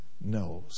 knows